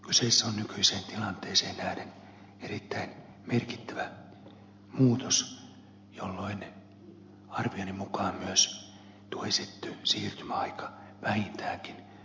kyseessä on nykyiseen tilanteeseen nähden erittäin merkittävä muutos jolloin arvioni mukaan myös vähintäänkin tuo esitetty siirtymäaika on tarpeen